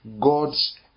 God's